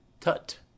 Tut